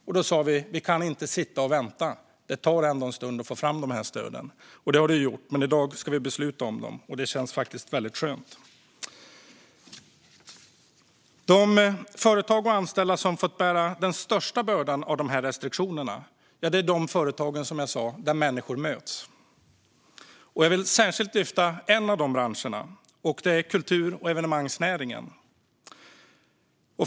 Då sa vi att vi inte bara kunde sitta och vänta, för det skulle ta en stund att få fram stöden. Det har det också gjort, men i dag ska vi besluta om dem, och det känns väldigt skönt. De företag och anställda som har fått bära den största bördan av restriktionerna är, som jag sa, företag där människor möts. Jag vill särskilt lyfta fram en av de branscherna, nämligen kultur och evenemangsnäringen.